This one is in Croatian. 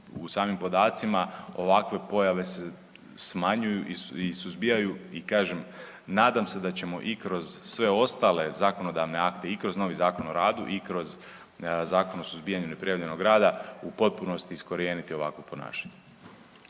u samim podacima, ovakve pojave se smanjuju i suzbijaju i kažem, nadam se da ćemo i kroz sve ostale zakonodavne akte i kroz novi Zakon o radu i kroz zakon o suzbijanju neprijavljenog rada u potpunosti iskorijeniti ovakvo ponašanje.